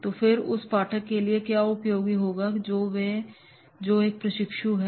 तो फिर उस पाठक के लिए क्या उपयोगी होगा जो एक प्रशिक्षु है